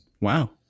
Wow